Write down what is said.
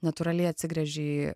natūraliai atsigręži į